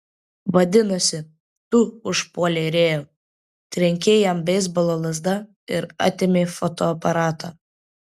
vadinasi tu užpuolei rėjų trenkei jam beisbolo lazda ir atėmei fotoaparatą